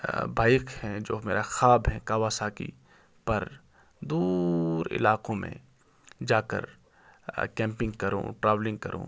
bike ہیں جو میرا خواب ہیں کاواساکی پر دور علاقوں میں جا کر کیمپنگ کروں ٹراولنگ کروں